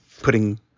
putting